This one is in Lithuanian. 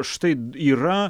štai yra